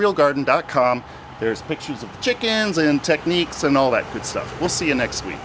real garden dot com there's pictures of chickens in techniques and all that good stuff will see you next week